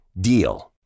DEAL